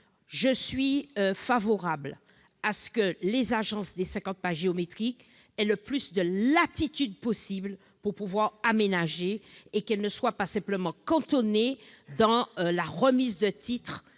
Je suis favorable à ce que les agences des cinquante pas géométriques aient le plus de latitude possible pour pouvoir aménager, et qu'elles ne soient pas simplement cantonnées dans la remise de titres,